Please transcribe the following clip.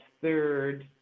third